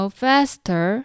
faster